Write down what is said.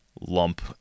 lump